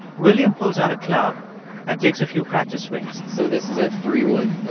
william pulls out a club and takes a few practice swings so this is a three-wood.